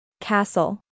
Castle